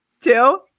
two